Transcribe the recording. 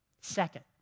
Second